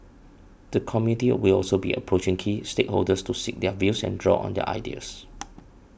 the committee will also be approaching key stakeholders to seek their views and draw on their ideas